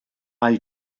mae